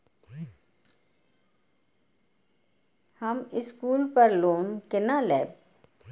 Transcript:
हम स्कूल पर लोन केना लैब?